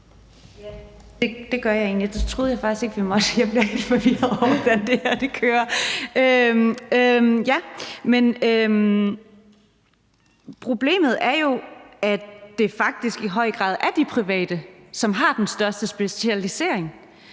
problemet er jo, at det faktisk i høj grad er de private, som har den største specialisering.